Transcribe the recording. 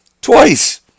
twice